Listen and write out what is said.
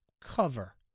cover